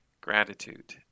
Gratitude